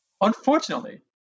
Unfortunately